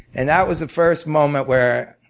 and that was the first moment where,